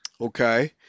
okay